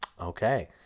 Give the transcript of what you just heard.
Okay